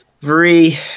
three